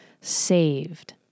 saved